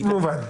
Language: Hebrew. מובן.